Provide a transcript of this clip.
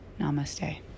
Namaste